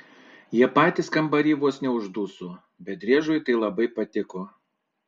jie patys kambary vos neužduso bet driežui tai labai patiko